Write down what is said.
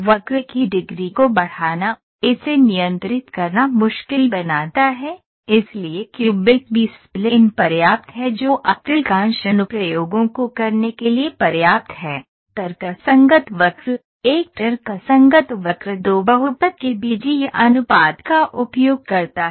वक्र की डिग्री को बढ़ाना इसे नियंत्रित करना मुश्किल बनाता है इसलिए क्यूबिक बी स्प्लिन पर्याप्त है जो अधिकांश अनुप्रयोगों को करने के लिए पर्याप्त है तर्कसंगत वक्र एक तर्कसंगत वक्र 2 बहुपद के बीजीय अनुपात का उपयोग करता है